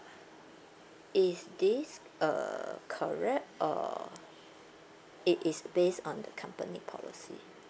is this err correct or it is based on the company policy